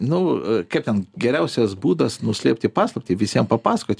nu kaip ten geriausias būdas nuslėpti paslaptį visiem papasakot